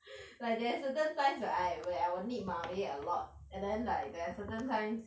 like there's certain times where I where I will need mummy a lot and then like there are certain times